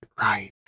Right